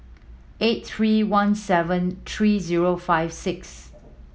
eight three one seven three zero five six